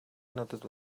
надад